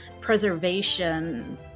preservation